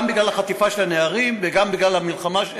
גם בגלל החטיפה של הנערים וגם בגלל המלחמה,